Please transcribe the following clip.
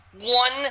one